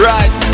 Right